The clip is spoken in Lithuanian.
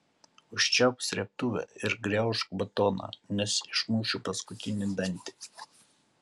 užčiaupk srėbtuvę ir graužk batoną nes išmušiu paskutinį dantį